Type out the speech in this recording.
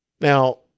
Now